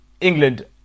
England